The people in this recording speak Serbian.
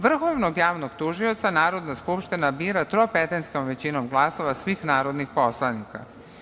Vrhovnog javnog tužioca Narodna skupština bira tropetinskom većinom svih narodnih poslanika.